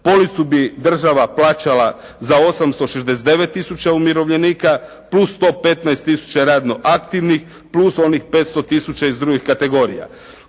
Policu bi država plaćala za 869 tisuća umirovljenika plus 115 tisuća radno aktivnih plus onih 500 tisuća iz drugih kategorija.